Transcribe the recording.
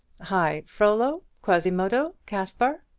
hi, frollo, quasimodo, caspar!